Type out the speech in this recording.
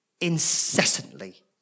incessantly